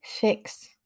fix